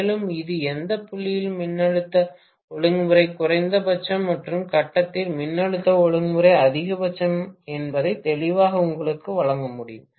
மேலும் இது எந்த புள்ளியில் மின்னழுத்த ஒழுங்குமுறை குறைந்தபட்சம் மற்றும் எந்த கட்டத்தில் மின்னழுத்த ஒழுங்குமுறை அதிகபட்சம் என்பதை தெளிவாக உங்களுக்கு வழங்க முடியும்